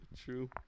True